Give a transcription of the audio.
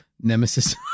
nemesis